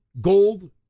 gold